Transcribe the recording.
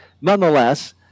nonetheless